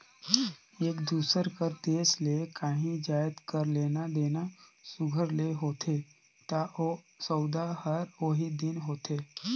एक दूसर कर देस ले काहीं जाएत कर लेना देना सुग्घर ले होथे ता ओ सउदा हर ओही दिन होथे